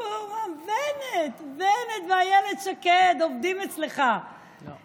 בנט ואילת שקד עובדים אצלך, לא.